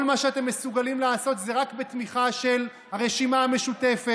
כל מה שאתם מסוגלים לעשות זה רק בתמיכה של הרשימה המשותפת,